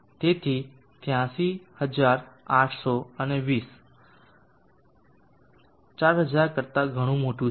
તેથી ત્યાંસી હજાર આઠસો અને વીસ 4000 કરતા ઘણું મોટું છે